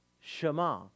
Shema